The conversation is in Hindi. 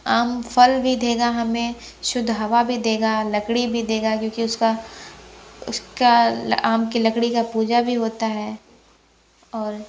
आम फल भी देगा हमें शुद्ध हवा भी देगा लकड़ी भी देगा क्योंकि उसका उसका आम की लकड़ी का पूजा भी होता है और